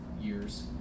years